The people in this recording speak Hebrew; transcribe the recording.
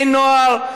בני נוער,